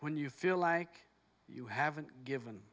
when you feel like you haven't given